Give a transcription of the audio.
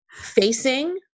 facing